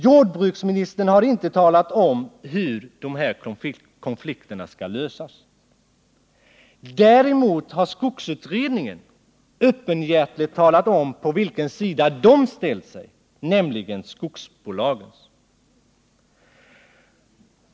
Jordbruksministern har inte talat om hur konflikten skall lösas. Däremot har skogsutredningen öppenhjärtigt talat om på vilken sida den ställt sig, nämligen skogsbolagens.